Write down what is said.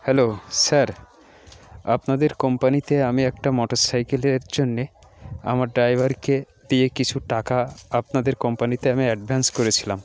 hello sir আপনাদের কোম্পানিতে আমি একটা মটর সাইকেলের জন্যে আমার ড্রাইভারকে দিয়ে কিছু টাকা আপনাদের কোম্পানিতে আমি অ্যাডভানস করেছিলাম